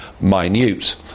minute